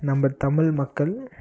நம்ம தமிழ் மக்கள்